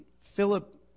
Philip